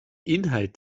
inhalt